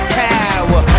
power